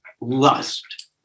lust